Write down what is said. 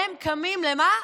והם קמים למה?